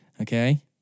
Okay